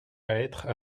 être